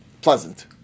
pleasant